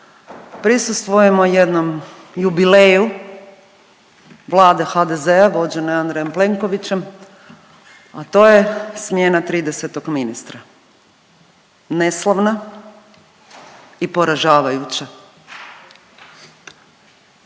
prisustvujemo jednom jubileju Vlade HDZ-a vođene Andrejem Plenkovićem, a to je smjena 30-tog ministra, neslavna i poražavajuća.